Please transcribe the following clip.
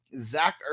Zach